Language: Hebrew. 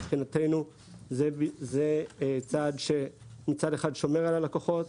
מבחינתנו זה צעד שמצד אחד שומר על הלקוחות,